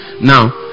now